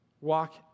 Walk